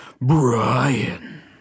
Brian